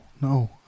no